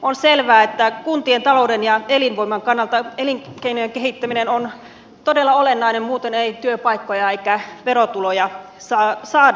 on selvää että kuntien talouden ja elinvoiman kannalta elinkeinojen kehittäminen on todella olennainen muuten ei työpaikkoja eikä verotuloja saada